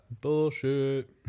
Bullshit